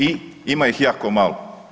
I ima ih jako malo.